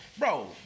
Bro